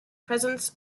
presence